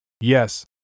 Yes